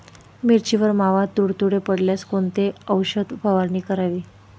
मिरचीवर मावा, तुडतुडे पडल्यास कोणती औषध फवारणी करावी?